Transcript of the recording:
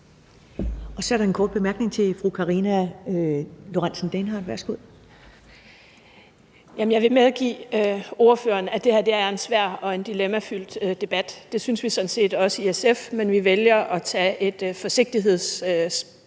Kl. 10:27 Karina Lorentzen Dehnhardt (SF): Jeg vil medgive ordføreren, at det her er en svær og en dilemmafyldt debat. Det synes vi sådan set også i SF, men vi vælger at anvende et forsigtighedsprincip